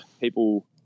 people